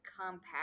compact